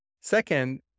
Second